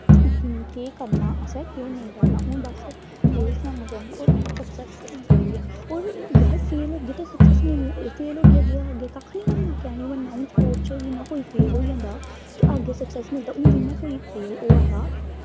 केह् करना असें केह् नेईं करना हून बस एही सनाना चाह्न्नी यार फेल होंदे ते अग्गें कक्ख निं बनना की निं बनना हून जि'यां स्पोर्टस च कोई फेल होई जंदा ते अग्गें सकसैस्स मिलदा हून जि'यां कोई फेल होआ दा